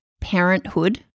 parenthood